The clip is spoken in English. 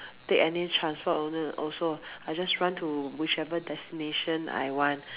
take any transport also also I just run to whichever destination I want